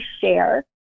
share